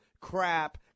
crap